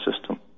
system